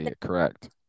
correct